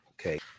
Okay